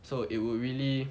so it would really